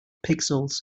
pixels